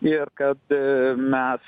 ir kad mes